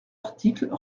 article